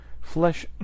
flesh